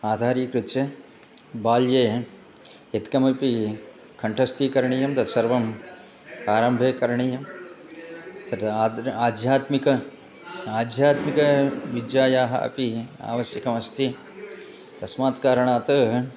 आधारीकृत्य बाल्ये यत्कमपि कण्ठस्थीकरणीयम् तत्सर्वं प्रारम्भे करणीयं तत् आद्रा आध्यात्मिकाः आध्यात्मिकाः विद्यायाः अपि आवश्यकमस्ति तस्मात् कारणात्